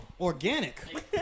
organic